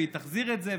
והיא תחזיר את זה,